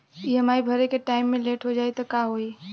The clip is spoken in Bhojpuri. ई.एम.आई भरे के टाइम मे लेट हो जायी त का होई?